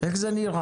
איך זה נראה?